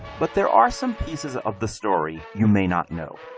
but there are some pieces of the story you may not know.